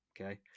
Okay